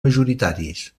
majoritaris